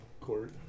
Court